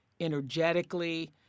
energetically